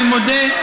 אני מודה,